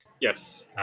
Yes